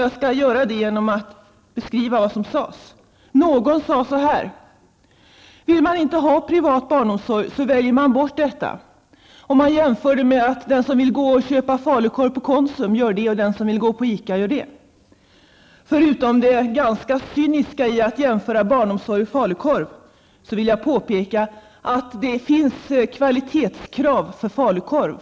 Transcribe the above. Jag skall göra det genom att beskriva vad som sades. Någon sade så här: Vill man inte ha privat barnomsorg, så väljer man bort detta. Man gjorde jämförelsen att den som vill köpa falukorv på Konsum gör det, medan den som vill gå på ICA gör det. Förutom det ganska cyniska i att jämföra barnomsorg och falukorv vill jag påpeka att det finns kvalitetskrav för falukorv.